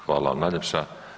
Hvala vam najljepša.